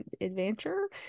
adventure